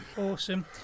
Awesome